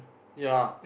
ya